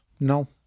No